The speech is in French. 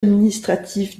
administratif